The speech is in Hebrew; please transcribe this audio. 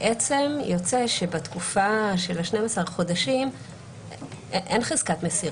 בעצם יוצא שבתקופה של 12 החודשים אין חזקת מסירה.